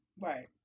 Right